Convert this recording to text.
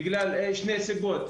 בגלל שתי סיבות,